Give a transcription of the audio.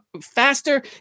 faster